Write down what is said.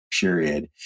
period